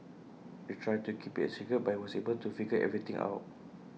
they tried to keep IT A secret but he was able to figure everything out